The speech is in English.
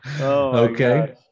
Okay